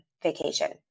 Vacation